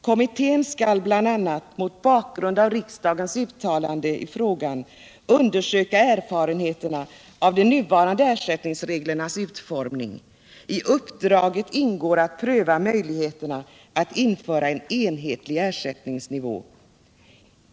Kommittén skall bl.a. mot bakgrund av riksdagens uttalande i frågan undersöka erfarenheterna av de nuvarande ersättningsreglernas utformning. I uppdraget ingår att pröva möjligheterna att införa en enhetlig ersättningsnivå.